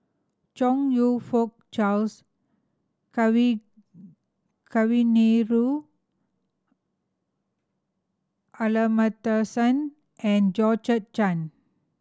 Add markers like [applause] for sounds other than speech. Chong You Fook Charles [unintelligible] Kavignareru Amallathasan and Georgette Chen